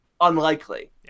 unlikely